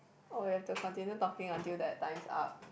oh ya have to continue talking until their time's up